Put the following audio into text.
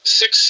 six